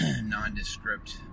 Nondescript